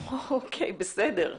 אוקיי, בסדר.